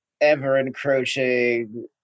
ever-encroaching